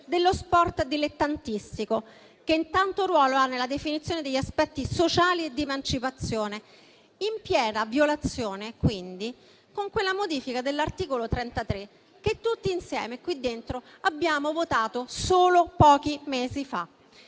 dello sport dilettantistico che tanto ruolo ha nella definizione degli aspetti sociali e di emancipazione, in piena violazione della modifica dell'articolo 33 che tutti insieme, qui dentro, abbiamo votato solo pochi mesi fa.